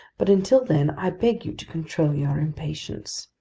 but until then, i beg you to control your impatience.